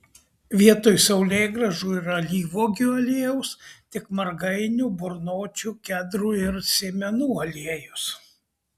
vietoj saulėgrąžų ir alyvuogių aliejaus tik margainių burnočių kedrų ir sėmenų aliejus